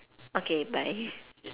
okay bye